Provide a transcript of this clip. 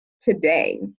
today